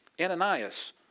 Ananias